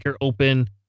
open